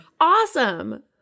Awesome